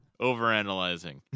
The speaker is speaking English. Overanalyzing